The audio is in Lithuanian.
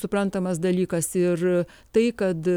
suprantamas dalykas ir tai kad